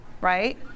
Right